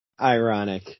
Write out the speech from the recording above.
Ironic